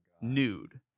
Nude